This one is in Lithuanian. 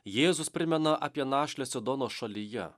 jėzus primena apie našlę sidono šalyje